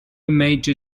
major